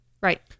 Right